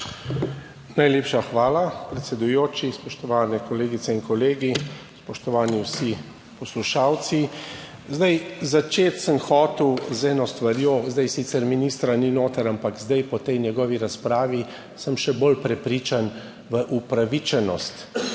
Najlepša hvala, predsedujoči, spoštovane kolegice in kolegi, spoštovani vsi poslušalci! Zdaj začeti sem hotel z eno stvarjo, zdaj sicer ministra ni noter, ampak zdaj po tej njegovi razpravi sem še bolj prepričan v upravičenost